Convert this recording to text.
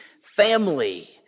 family